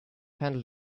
handled